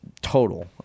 total